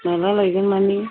माब्ला लायगोन माने